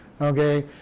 Okay